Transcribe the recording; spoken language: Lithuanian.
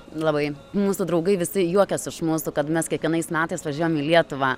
labai mūsų draugai visi juokias iš mūsų kad mes kiekvienais metais važiuojam į lietuvą